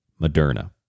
Moderna